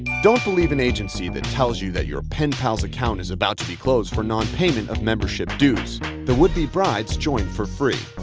don't believe an agency that tells you that your pen pal's account is about to be closed for non-payment of membership dues the would-be brides join for free.